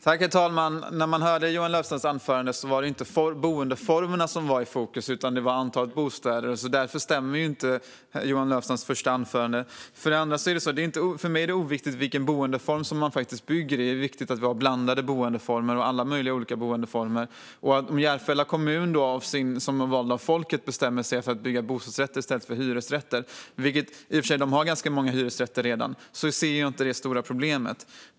Herr talman! När man hörde Johan Löfstrands anförande var det inte boendeformerna som var i fokus utan det var antalet bostäder. Därför stämmer det inte i Johan Löfstrands anförande. För mig är det oviktigt vilken boendeform som man har. Det är viktigt med blandade och alla möjliga olika boendeformer. Om man i Järfälla kommun som är vald av folket bestämmer sig för att bygga bostadsrätter i stället för hyresrätter - i och för sig har man redan ganska många hyresrätter - ser jag det inte som något stort problem.